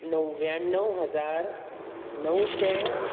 णव्व्याणव हजार णवशें